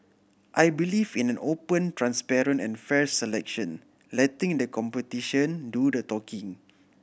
I believe in an open transparent and fair selection letting the competition do the talking